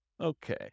Okay